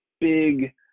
big